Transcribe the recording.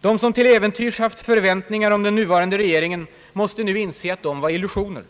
De som till äventyrs haft förväntningar på den nuvarande regeringen måste nu inse att det var illusioner.